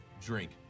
drink